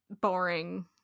boring